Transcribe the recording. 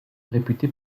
réputé